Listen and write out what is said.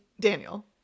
Daniel